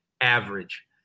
average